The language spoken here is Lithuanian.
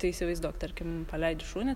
tai įsivaizduok tarkim paleidžiu šunį